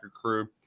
crew